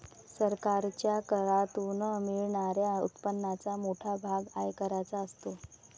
सरकारच्या करातून मिळणाऱ्या उत्पन्नाचा मोठा भाग आयकराचा असतो